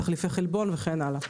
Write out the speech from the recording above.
תחליפי מזון וכן הלאה.